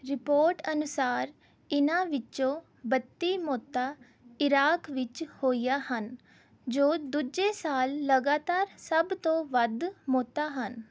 report ਅਨੁਸਾਰ ਇਨ੍ਹਾਂ ਵਿੱਚੋਂ ਬੱਤੀ ਮੌਤਾਂ ਇਰਾਕ ਵਿੱਚ ਹੋਈਆਂ ਹਨ ਜੋ ਦੂਜੇ ਸਾਲ ਲਗਾਤਾਰ ਸਭ ਤੋਂ ਵੱਧ ਮੌਤਾਂ ਹਨ